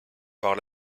par